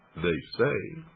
they say,